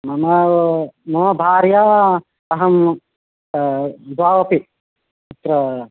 मम मम भार्या अहं द्वावपि अत्र